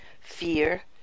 fear